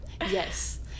Yes